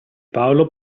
paolo